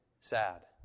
sad